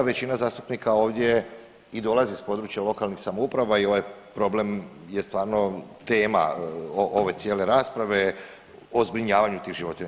Većina zastupnika ovdje i dolazi iz područja lokalnih samouprava i ovaj problem je stvarno tema ove cijele rasprave o zbrinjavanju tih životinja.